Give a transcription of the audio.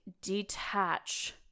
detach